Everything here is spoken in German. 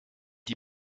die